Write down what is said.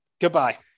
Goodbye